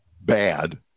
bad